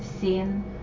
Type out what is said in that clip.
seen